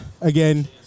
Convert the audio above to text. again